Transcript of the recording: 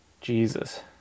Jesus